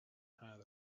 had